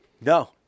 no